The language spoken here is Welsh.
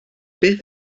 beth